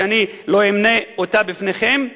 שאני לא אמנה אותה בפניכם,